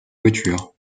voitures